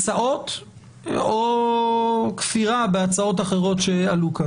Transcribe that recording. הצעות או כפירה בהצעות אחרות שעלו כאן.